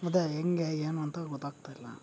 ಅದೇ ಹೆಂಗೆ ಏನು ಅಂತ ಗೊತ್ತಾಗ್ತಾ ಇಲ್ಲ